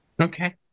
Okay